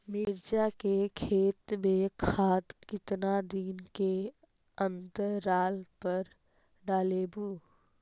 मिरचा के खेत मे खाद कितना दीन के अनतराल पर डालेबु?